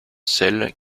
celle